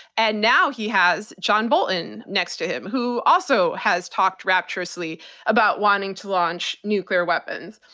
and now he has john bolton next to him, who also has talked rapturously about wanting to launch nuclear weapons.